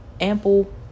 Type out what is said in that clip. ample